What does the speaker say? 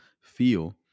feel